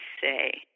say